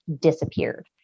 disappeared